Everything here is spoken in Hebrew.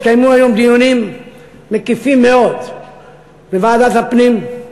התקיימו היום דיונים מקיפים מאוד בוועדת הפנים,